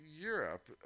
europe